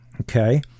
okay